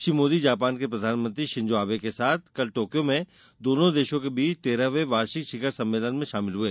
Shri Modi Japan के प्रधानमंत्री Shinzo Abe के साथ कल टोक्यो में दोनों देशों के बीच तेरहवें वार्षिक शिखर सम्मेलन में शामिल हुए